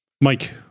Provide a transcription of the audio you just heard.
Mike